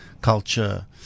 Culture